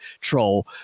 troll